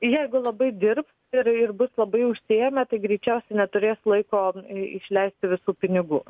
jeigu labai dirbs ir ir bus labai užsiėmę tai greičiausia neturės laiko išleisti visų pinigų